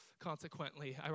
consequently